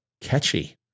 catchy